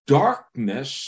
darkness